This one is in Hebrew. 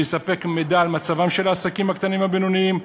שיספק מידע על מצבם של העסקים הקטנים והבינוניים,